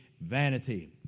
vanity